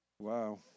wow